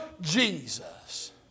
Jesus